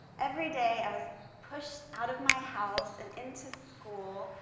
every day, i was pushed out of my house and into school,